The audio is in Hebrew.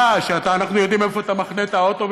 מה: אנחנו יודעים איפה אתה מחנה את האוטו,